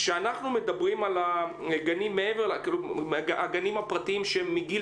כשאנחנו מדברים על הגנים הפרטיים שהם מגיל